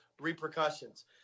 repercussions